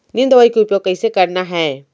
नीम दवई के उपयोग कइसे करना है?